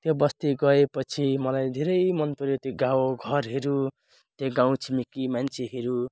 त्यो बस्ती गए पछि मलाई धेरै मन पर्यो त्यो गाउँ घरहरू त्यो गाउँ छिमेकी मान्छेहरू